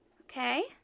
Okay